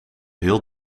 heel